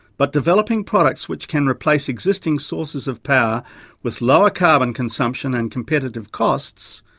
but developing products which can replace existing sources of power with lower carbon consumption and competitive costs,